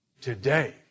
Today